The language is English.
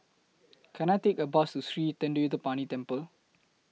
Can I Take A Bus to Sri Thendayuthapani Temple